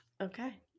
Okay